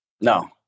No